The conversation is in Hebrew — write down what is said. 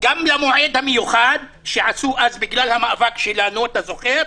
גם למועד המיוחד שעשו אז בגלל המאבק שלנו אתה זוכר?